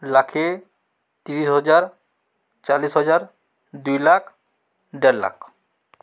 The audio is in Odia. ଲକ୍ଷେ ତିରିଶ ହଜାର ଚାଲିଶ ହଜାର ଦୁଇ ଲକ୍ଷ ଦେଢ଼ ଲକ୍ଷ